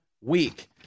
week